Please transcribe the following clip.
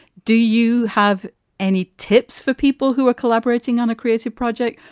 do you have any tips for people who are collaborating on a creative project?